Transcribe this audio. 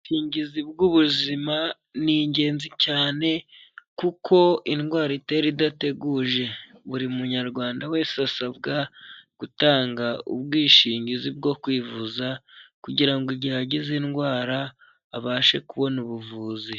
Ubwishingizi bw'ubuzima ni ingenzi cyane, kuko indwara itera idateguje, buri munyarwanda wese asabwa gutanga ubwishingizi bwo kwivuza, kugirango igihe agize indwara, abashe kubona ubuvuzi.